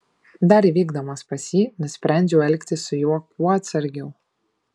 dar vykdamas pas jį nusprendžiau elgtis su juo kuo atsargiau